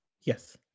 yes